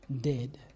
dead